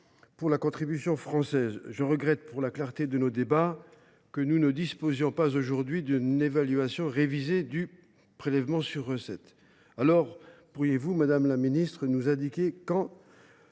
la contribution française. Je regrette, pour la clarté de nos débats, que nous ne disposions pas aujourd’hui d’une évaluation révisée du prélèvement sur recettes. Pourriez vous, madame la ministre, nous indiquer quand